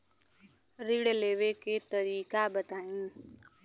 ऋण लेवे के तरीका बताई?